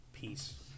Peace